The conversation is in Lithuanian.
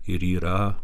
ir yra